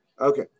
Okay